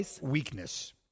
weakness